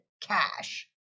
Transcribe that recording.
cash